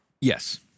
Yes